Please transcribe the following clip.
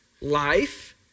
life